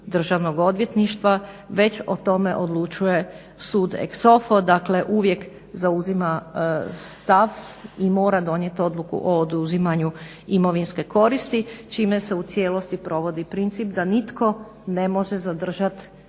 Državnog odvjetništva već o tome odlučuje sud ex sofo, dakle uvijek zauzima stav i mora donijeti odluku o oduzimanju imovinske koristi čime se u cijelosti provodi princip da nitko ne može zadržat